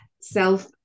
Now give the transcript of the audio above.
self